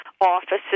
offices